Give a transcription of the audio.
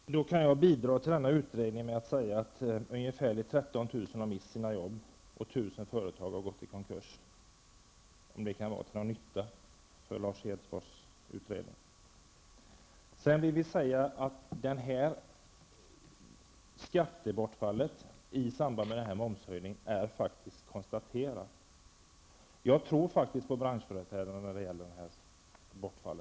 Fru talman! Då kan jag bidra till denna utredning genom att säga att ungefär 13 000 personer har mist sina jobb och att 1 000 företag har gått i konkurs, om det kan vara till någon nytta för Lars Hedfors utredning. Skattebortfallet i samband med momshöjningen är faktiskt konstaterad. Jag tror faktiskt på branschföreträdarna när det gäller detta bortfall.